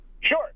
Sure